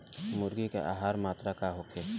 मुर्गी के आहार के मात्रा का होखे?